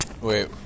Wait